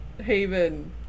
haven